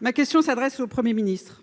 Ma question s'adresse à M. le Premier ministre.